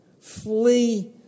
Flee